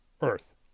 earth